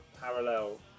parallel